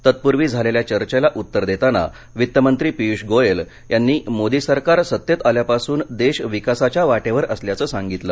तत्पूर्वी झालेल्या चर्चेला उत्तर देताना वित्त मंत्री पियूष गोयल यांनी मोदी सरकार सत्तेत आल्यापासून देश विकासाच्या वाटेवर असल्याचं सांगितलं